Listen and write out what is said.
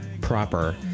proper